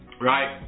right